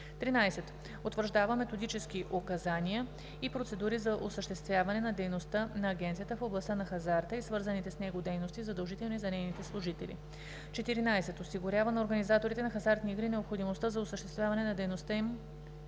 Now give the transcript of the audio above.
13. утвърждава методически указания и процедури за осъществяване на дейността на агенцията в областта на хазарта и свързаните с него дейности, задължителни за нейните служители; 14. осигурява на организаторите на хазартни игри необходимата за осъществяване на дейността им